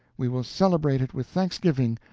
we will celebrate it with thanksgivings,